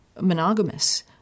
monogamous